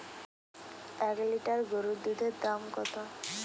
এক লিটার গোরুর দুধের দাম কত?